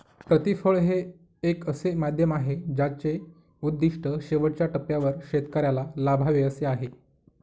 प्रतिफळ हे एक असे माध्यम आहे ज्याचे उद्दिष्ट शेवटच्या टप्प्यावर शेतकऱ्याला लाभावे असे आहे